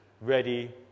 ready